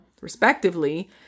respectively